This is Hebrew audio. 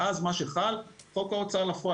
שאז מה שחל חוק ההוצאה פועל.